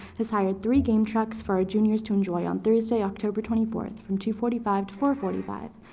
has hired three game trucks for juniors to enjoy on thursday, october twenty fourth, from two forty five to four forty five.